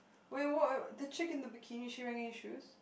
wait what what the chick in the bikini is she wearing any shoes